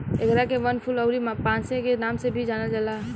एकरा के वनफूल अउरी पांसे के नाम से भी जानल जाला